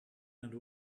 and